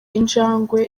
injangwe